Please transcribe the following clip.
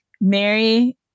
Mary